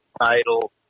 title